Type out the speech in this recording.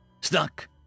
Stuck